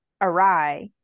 awry